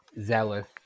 zealous